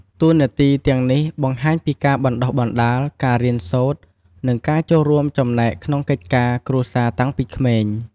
តួនាទីទាំងនេះបង្ហាញពីការបណ្ដុះបណ្ដាល ការរៀនសូត្រ និងការចូលរួមចំណែកក្នុងកិច្ចការគ្រួសារតាំងពីក្មេង។